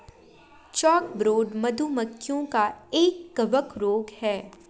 chalkbrood, मधु मक्खियों का एक कवक रोग है